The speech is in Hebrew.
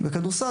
בכדורסל,